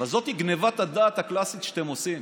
אבל זאת גנבת הדעת הקלאסית שאתם עושים,